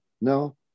No